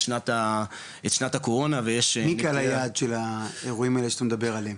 שנת הקורונה ויש --- מי קהל היעד של האירועים האלה שאתה מדבר עליהם?